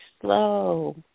slow